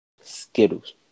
Skittles